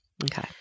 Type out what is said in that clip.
Okay